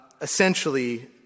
essentially